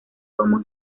como